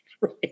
right